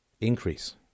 increase